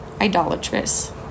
idolatrous